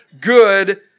good